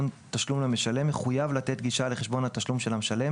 תשלום למשלם מחויב לתת גישה לחשבון התשלום של המשלם